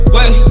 Wait